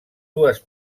dues